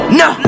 no